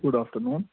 good after noon